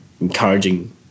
encouraging